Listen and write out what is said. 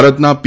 ભારતના પી